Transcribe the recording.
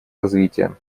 развития